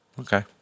Okay